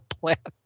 planet